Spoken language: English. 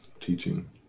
teaching